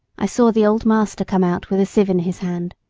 i saw the old master come out with a sieve in his hand.